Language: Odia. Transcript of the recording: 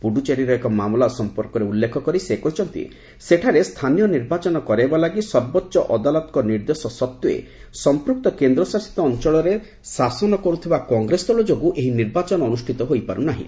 ପୁଡୁଚେରୀର ଏକ ମାମଲା ସମ୍ପର୍କରେ ଉଲ୍ଲେଖ କରି ସେ କହିଛନ୍ତି ସେଠାରେ ସ୍ଥାନୀୟ ନିର୍ବାଚନ କରାଇବା ଲାଗି ସର୍ବୋଚ୍ଚ ଅଦାଲତଙ୍କ ନିର୍ଦ୍ଦେଶ ସତ୍ତ୍ୱେ ସମ୍ପୃକ୍ତ କେନ୍ଦ୍ରଶାସିତ ଅଞ୍ଚଳରେ ଶାସନ କରିଥିବା କଂଗ୍ରେସ ଦଳ ଯୋଗୁଁ ଏହି ନିର୍ବାଚନ ଅନୁଷ୍ଠିତ ହୋଇପାରୁ ନାହିଁ